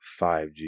5g